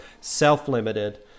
self-limited